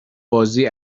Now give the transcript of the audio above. بازی